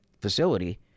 facility